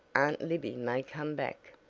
aunt libby may come back.